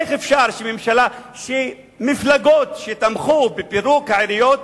איך אפשר שמפלגות שתמכו בפירוק העיריות